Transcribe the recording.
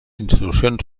institucions